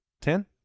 Ten